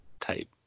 type